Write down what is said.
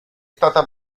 stata